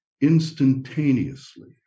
instantaneously